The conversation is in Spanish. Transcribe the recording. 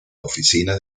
oficina